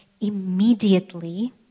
Immediately